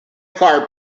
car